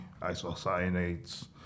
isocyanates